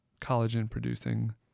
collagen-producing